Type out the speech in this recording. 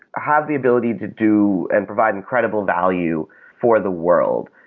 have the ability to do and provide incredible value for the world.